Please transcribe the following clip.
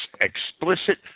explicit